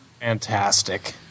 Fantastic